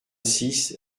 six